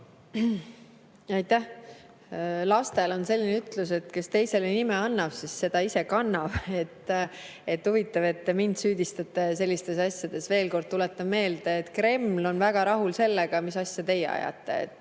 Aitäh! Lastel on selline ütlus, et kes teisele nime annab, see ise seda kannab. Huvitav, et te mind süüdistate sellistes asjades. Veel kord tuletan meelde, et Kreml on väga rahul sellega, mis asja teie ajate.